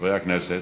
חברי הכנסת,